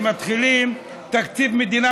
כשמתחילים תקציב מדינה,